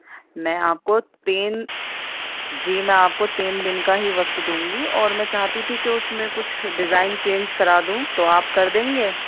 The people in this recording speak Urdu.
میں آپ کو تین جی میں آپ کو تین دن کا ہی وقت دوں گی اور میں چاہتی تھی کہ اس میں کچھ ڈیزائن چینج کرا دوں تو آپ کر دیں گے